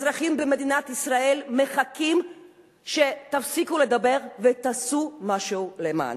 אזרחים במדינת ישראל מחכים שתפסיקו לדבר ותעשו משהו למענם.